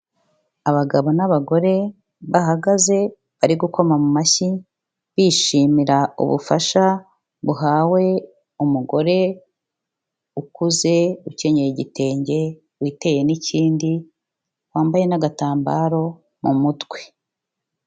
Abagabo n'abagore bahagaze bari gukoma mu mashyi, bishimira ubufasha buhawe umugore ukuze ukenyeye igitenge, witeye n'ikindi, wambaye n'agatambaro mu mutwe.